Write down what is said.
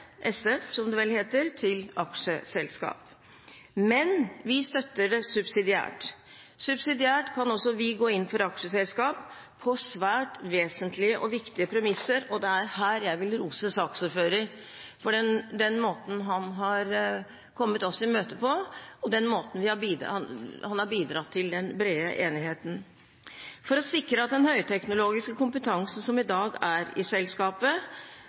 SF – som det vel heter – til aksjeselskap. Men vi støtter det subsidiært. Subsidiært kan også vi gå inn for aksjeselskap, på svært vesentlige og viktige premisser, og det er her jeg vil rose saksordføreren for den måten han har kommet oss i møte på, og den måten han har bidratt til den brede enigheten på. For å sikre at den høyteknologiske kompetansen som i dag er i selskapet,